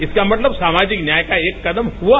इसका मतलब सामाजिक न्याय का एक कदम हुआ